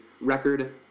record